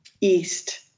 east